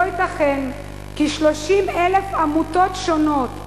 לא ייתכן כי 30,000 עמותות שונות,